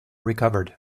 recovered